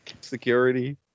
Security